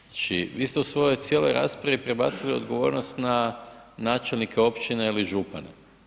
Znači vi ste u svojoj cijeloj raspravi prebacili odgovornost na načelnike općina ili župana.